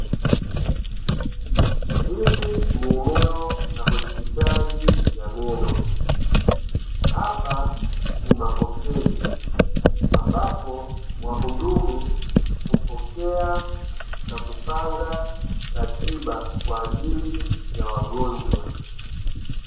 Hili ni eneo la hospitali ya meno, hapa ni mapokezi ambapo wahudumu kupokea na kupanga katiba kwa ajili ya wagonjwa.